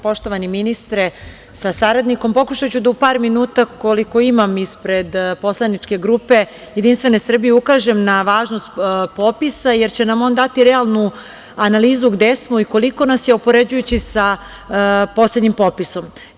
Poštovani ministre sa saradnikom, pokušaću da u par minuta, koliko imam ispred poslaničke grupe JS, ukažem na važnost popisa, jer će nam on dati realnu analizu gde smo i koliko nas je, upoređujući sa poslednjim popisom.